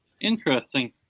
interesting